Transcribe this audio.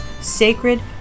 sacred